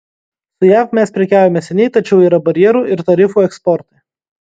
su jav mes prekiaujame seniai tačiau yra barjerų ir tarifų eksportui